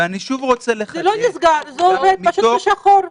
זה לא נסגר, זה עובד פשוט בשחור.